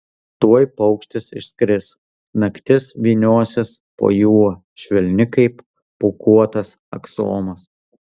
tuoj paukštis išskris naktis vyniosis po juo švelni kaip pūkuotas aksomas